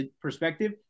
perspective